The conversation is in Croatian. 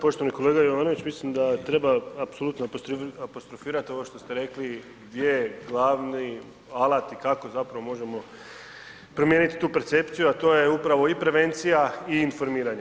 Poštovani kolega Jovanović, mislim da treba apsolutno apostrofirati ovo što ste rekli gdje je glavni alat i kako zapravo možemo promijeniti tu percepciju a to je upravo i prevencija i informiranje.